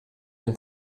den